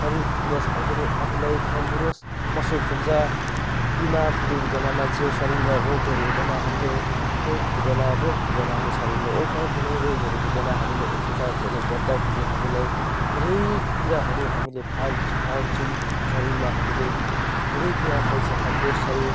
शरीर फिटनेस भए पनि आफूलाई तन्दुरुस्त महसुस हुन्छ बिमारहरू हुँदैन मान्छेको शरीरमा रोगहरू हुँदैन हाम्रो रोग हुँदैन रोग हुँदैन हाम्रो शरीरमा एउटा कुनै रोगहरू हुँदैन हामीले एक्सरसाइजहरू गर्दाखेरि हामीलाई धेरै कुराहरू हामीले पाइन्छ पाउँछौँ शरीरमा हामीले धेरै कुरापछि हाम्रो शरीर